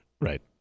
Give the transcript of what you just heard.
Right